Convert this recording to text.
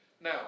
Now